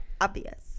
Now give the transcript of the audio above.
obvious